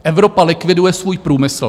Evropa likviduje svůj průmysl.